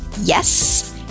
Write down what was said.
yes